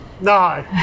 No